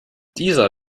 dieser